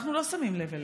אנחנו לא שמים לב אליהם.